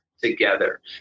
together